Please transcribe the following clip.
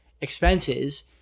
expenses